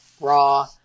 raw